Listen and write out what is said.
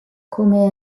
come